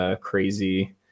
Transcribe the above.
crazy